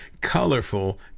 colorful